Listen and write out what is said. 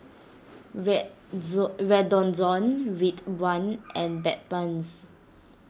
Redoxon Ridwind and Bedpans